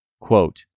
Quote